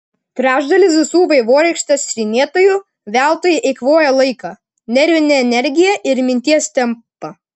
trečdalis visų vaivorykštės tyrinėtojų veltui eikvoja laiką nervinę energiją ir minties tempą